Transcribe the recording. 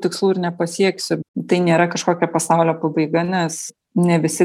tikslų ir nepasieksi tai nėra kažkokia pasaulio pabaiga nes ne visi